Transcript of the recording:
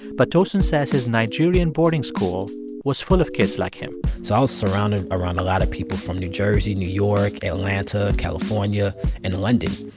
but tosin says his nigerian boarding school was full of kids like him so i was surrounded around a lot of people from new jersey, new york, atlanta, california and london.